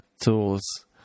tools